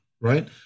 right